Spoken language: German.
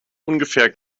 ungefähr